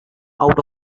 out